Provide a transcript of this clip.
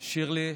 שירלי,